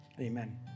amen